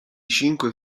cinque